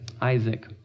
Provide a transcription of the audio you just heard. Isaac